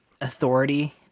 authority